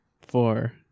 Four